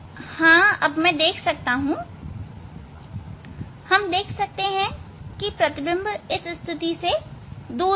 हां अब मैं देख सकता हूं मैं देख सकता हूं कि प्रतिबिंब इस स्थिति से दूर होगा